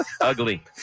Ugly